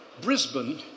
Brisbane